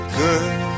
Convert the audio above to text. girl